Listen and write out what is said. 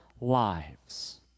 lives